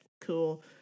Cool